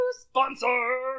Sponsor